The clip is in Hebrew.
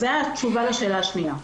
אז זו התשובה לשאלה השנייה.